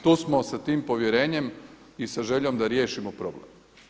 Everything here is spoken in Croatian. Tu smo sa tim povjerenjem i sa željom da riješimo problem.